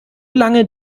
lange